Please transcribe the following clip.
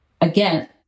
again